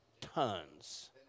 tons